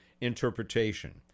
interpretation